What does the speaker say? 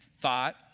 thought